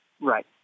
Right